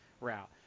route